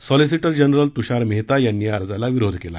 solicitor general Tushar Mehta यांनी या अर्जाला विरोध केला